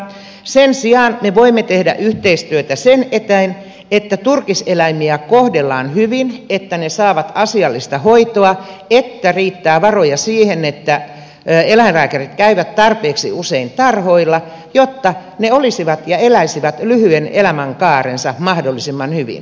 sen sijaan me voimme tehdä yhteistyötä sen eteen että turkiseläimiä kohdellaan hyvin että ne saavat asiallista hoitoa että riittää varoja siihen että eläinlääkärit käyvät tarpeeksi usein tarhoilla jotta ne olisivat ja eläisivät lyhyen elämänkaarensa mahdollisimman hyvin